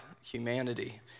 humanity